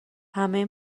همه